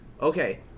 Okay